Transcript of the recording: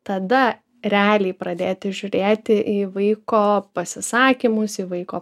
tada realiai pradėti žiūrėti į vaiko pasisakymus į vaiko